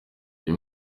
uyu